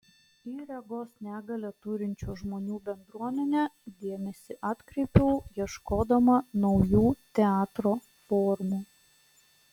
į regos negalią turinčių žmonių bendruomenę dėmesį atkreipiau ieškodama naujų teatro formų